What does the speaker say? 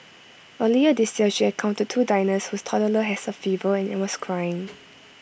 earlier this year she encountered two diners whose toddler has A fever and was crying